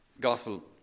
gospel